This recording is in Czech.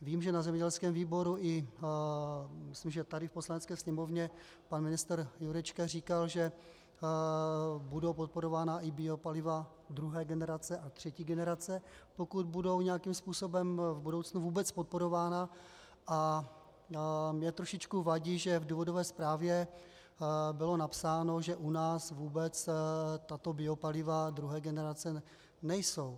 Vím, že na zemědělském výboru i myslím, že tady v Poslanecké sněmovně pan ministr Jurečka říkal, že budou podporována i biopaliva druhé generace a třetí generace, pokud budou nějakým způsobem v budoucnu vůbec podporována, a mně trošičku vadí, že v důvodové zprávě bylo napsáno, že u nás vůbec tato biopaliva druhé generace nejsou.